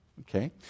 Okay